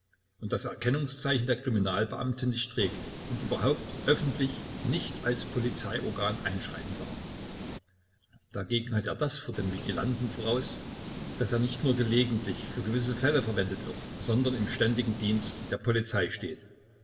und das erkennungszeichen der kriminalbeamten nicht trägt und überhaupt öffentlich nicht als polizeiorgan einschreiten darf dagegen hat er das vor dem vigilanten voraus daß er nicht nur gelegentlich für gewisse fälle verwendet wird sondern im ständigen dienst der polizei steht